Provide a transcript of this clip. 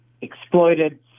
exploited